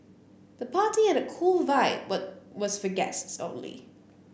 the party had a cool vibe but was for guests only